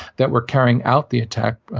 that were carrying out the attack,